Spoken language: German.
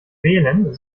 wählen